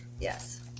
Yes